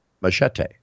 Machete